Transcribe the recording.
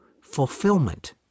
fulfillment